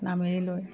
নামেৰীলৈ